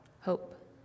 hope